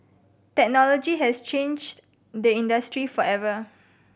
technology has changed the industry forever